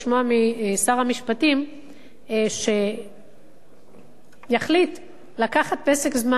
משר המשפטים שהוא החליט לקחת פסק זמן,